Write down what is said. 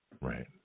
Right